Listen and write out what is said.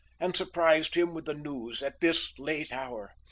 and surprised him with the news at this late hour.